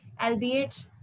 albeit